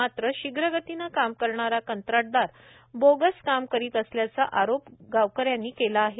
मात्र शीघ्र गतीने काम करणारा कंत्राटदार बोगस काम करीत असल्याचा आरोप गावकऱ्यांनी केला आहे